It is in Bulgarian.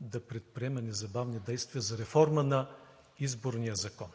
да предприеме незабавни действия за реформа на Изборния закон.